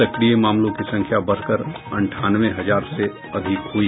सक्रिय मामलों की संख्या बढ़कर अंठानवे हजार से अधिक हुई